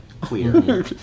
Clear